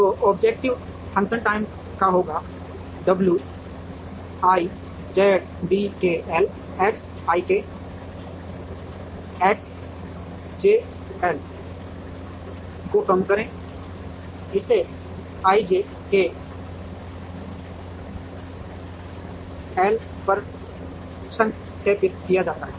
तो objective function type का होगा wizdkl X ik X jl को कम करें इसे ijk l पर संक्षेपित किया जाता है